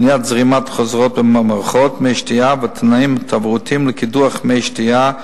מניעת זרימה חוזרת במערכות מי-שתייה ותנאים תברואיים לקידוח מי-שתייה,